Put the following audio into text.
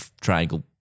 Triangle